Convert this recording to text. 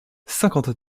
cinquante